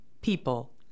people